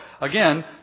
Again